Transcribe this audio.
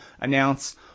announce